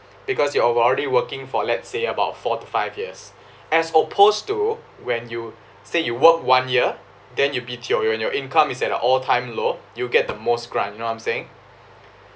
because you have already working for let's say about four to five years as opposed to when you say you work one year then you'll be and your income is at an all time low you'll get the most grant you know what I'm saying